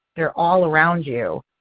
they are all around you.